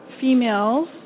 females